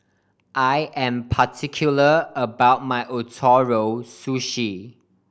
I am particular about my Ootoro Sushi